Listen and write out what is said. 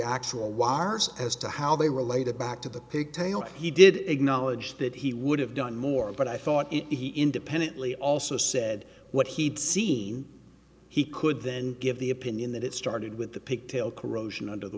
actual y rs as to how they relate it back to the pigtail he did acknowledge that he would have done more but i thought it he independently also said what he'd seen he could then give the opinion that it started with the pick tail corrosion under the